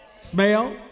smell